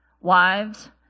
Wives